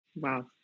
Wow